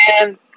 man